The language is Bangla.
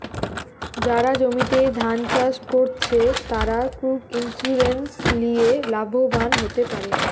যারা জমিতে ধান চাষ কোরছে, তারা ক্রপ ইন্সুরেন্স লিয়ে লাভবান হোতে পারে